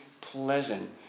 pleasant